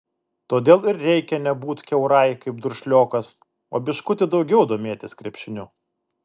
todėl ir reikia nebūt kiaurai kaip duršliokas o biškutį daugiau domėtis krepšiniu